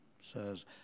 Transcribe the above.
says